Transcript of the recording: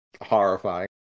horrifying